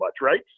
Right